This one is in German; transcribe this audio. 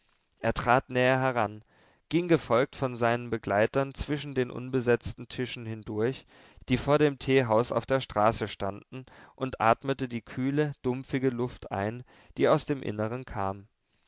er trat näher heran ging gefolgt von seinen begleitern zwischen den unbesetzten tischen hindurch die vor dem teehaus auf der straße standen und atmete die kühle dumpfige luft ein die aus dem innern kam